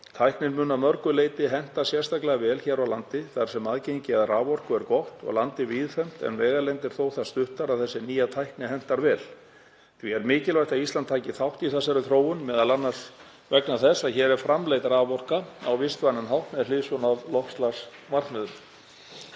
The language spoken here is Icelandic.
Tæknin mun að mörgu leyti henta sérstaklega vel hér á landi þar sem aðgengi að raforku er gott og landið víðfeðmt en vegalendir þó það stuttar að þessi nýja tækni hentar vel. Því er mikilvægt að Íslandi taki þátt í þessari þróun, m.a. vegna þess að hér er framleidd raforka á vistvænan hátt með hliðsjón af loftslagsmarkmiðum.